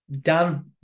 Dan